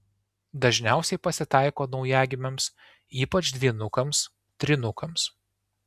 dažniausiai pasitaiko naujagimiams ypač dvynukams trynukams